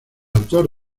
autor